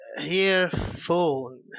Earphone